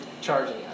charging